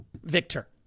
Victor